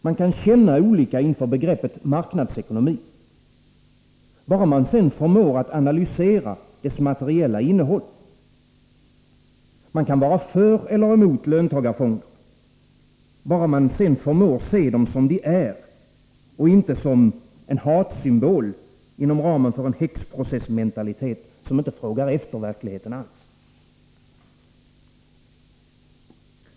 Man kan känna olika inför begreppet marknadsekonomi — bara man förmår att analysera dess materiella innehåll. Man kan vara för eller emot löntagarfonder — bara man förmår se dem som det de är och inte som en hatsymbol inom ramen för en häxprocessmentalitet, som inte alls frågar efter verkligheten.